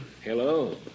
Hello